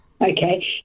Okay